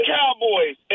Cowboys